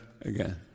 again